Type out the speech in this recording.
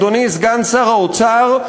אדוני סגן שר האוצר,